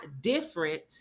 different